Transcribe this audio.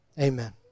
Amen